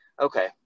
Okay